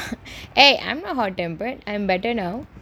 ehh I am not hot tempered I am better now